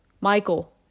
Michael